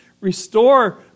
restore